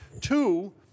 Two